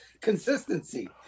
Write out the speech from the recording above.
consistency